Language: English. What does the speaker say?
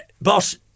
boss